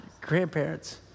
grandparents